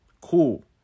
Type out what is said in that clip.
Cool